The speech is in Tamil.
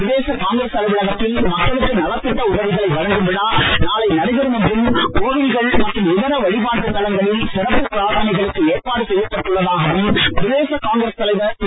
பிரதேச காங்கிரஸ் அலுவலகத்தில் மக்களுக்கு நலத்திட்ட உதவிகளை வழங்கும் விழா நானை நடைபெறும் என்றும் கோவில்கள் மற்றும் இதர வழிபாட்டுத் தலங்களில் சிறப்பு பிரார்த்தனைகளுக்கு ஏற்பாடு செய்யப்பட்டு உள்ளதாகவும் பிரதேச காங்கிரஸ் தலைவர் திரு